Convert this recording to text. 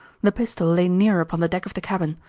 the pistol lay near upon the deck of the cabin.